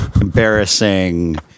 embarrassing